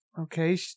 okay